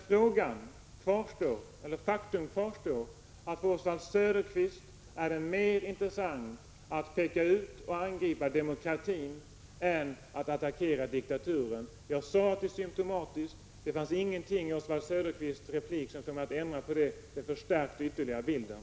Faktum kvarstår, nämligen att det för Oswald Söderqvist är mer intressant att peka ut och angripa demokratin än att attackera diktaturen. Jag sade att det var symptomatiskt, och det finns ingenting i Oswald Söderqvists inlägg som förtar den bilden. I stället förstärks den.